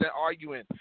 arguing